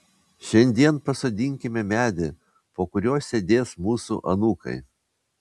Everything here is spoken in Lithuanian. šiandien pasodinkime medį po kuriuo sėdės mūsų anūkai